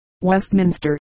Westminster